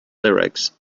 lyrics